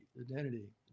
identity